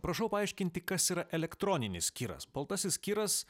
prašau paaiškinti kas yra elektroninis kiras baltasis kiras